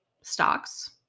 stocks